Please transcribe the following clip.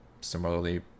similarly